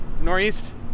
Northeast